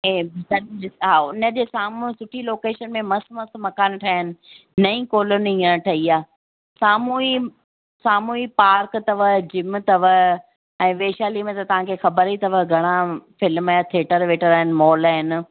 ऐं बीकानेर जे हा उन जे साम्हूं सुठी लोकेशन में मस्तु मस्तु मकान ठहिया आहिनि नईं कॉलोनी आहे ठही आहे साम्हूं ई साम्हूं ई पार्क आहे जिम अथव ऐं वैशाली में त तव्हांखे ख़बरु ई अथव घणा फिल्म थिएटर विएटर आहिनि मॉल आहिनि